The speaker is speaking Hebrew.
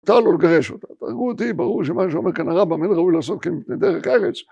תעלו לגרש אותה. תהרגו אותי, ברור שמה שאומר כאן הרב אמין ראוי לעשות כאן לדרך ארץ.